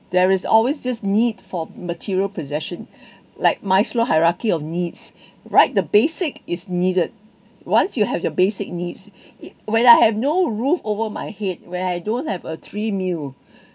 there is always this need for material possession like maslow hierarchy of needs right the basic is needed once you have your basic needs when I have no roof over my head when I don't have a three meal